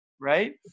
right